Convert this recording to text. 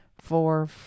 four